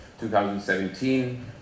2017